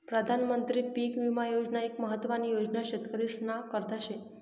प्रधानमंत्री पीक विमा योजना एक महत्वानी योजना शेतकरीस्ना करता शे